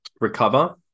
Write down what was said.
recover